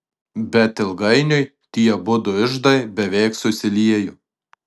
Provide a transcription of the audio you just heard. bet ilgainiui tie abudu iždai beveik susiliejo